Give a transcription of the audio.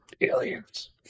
aliens